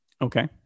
Okay